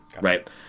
Right